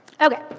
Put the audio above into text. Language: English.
Okay